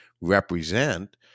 represent